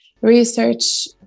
research